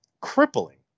crippling